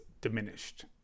diminished